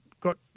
Got